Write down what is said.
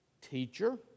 Teacher